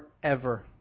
forever